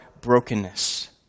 brokenness